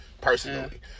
personally